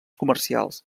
comercials